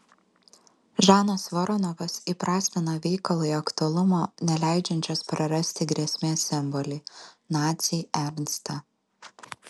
žanas voronovas įprasmino veikalui aktualumo neleidžiančios prarasti grėsmės simbolį nacį ernstą